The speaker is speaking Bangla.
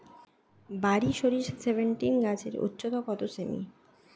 বারি সরিষা সেভেনটিন গাছের উচ্চতা কত সেমি?